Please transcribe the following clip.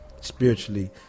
spiritually